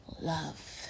love